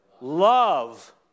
love